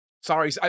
Sorry